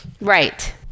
Right